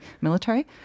military